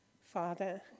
Father